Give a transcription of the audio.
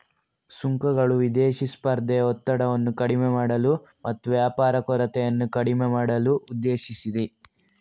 ಸುಂಕಗಳು ವಿದೇಶಿ ಸ್ಪರ್ಧೆಯ ಒತ್ತಡವನ್ನು ಕಡಿಮೆ ಮಾಡಲು ಮತ್ತು ವ್ಯಾಪಾರ ಕೊರತೆಯನ್ನು ಕಡಿಮೆ ಮಾಡಲು ಉದ್ದೇಶಿಸಿದೆ